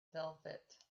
velvet